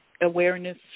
awareness